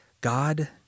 God